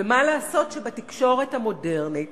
ומה לעשות שבתקשורת המודרנית